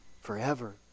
forever